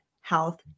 health